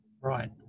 Right